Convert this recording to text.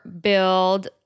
build